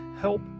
help